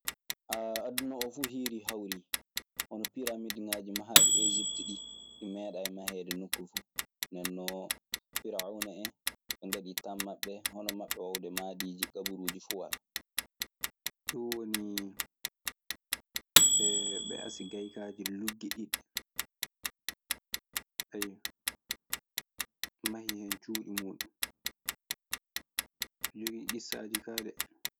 Aduna o fu hiri hawri hono piramigaji mahaɗi, ɗi ejipteɗiiɗi ɗi medahi mahede noku fu, ndenon ferawunahen ɓe gaɗi tem maɓe, honon maɓe madiji gaburuji fu gala. Ɗun woni ɓe asi gaykaaji luggidiɗɗe. Ayyo. Ɓe mahi hen cuuɗi muuɗun. Eɓe jogii issaaji kaa de.